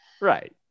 Right